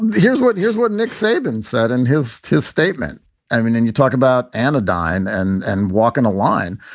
here's what here's what nick saban said in his his statement i mean, and you talk about anodyne and and walking a line.